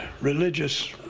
religious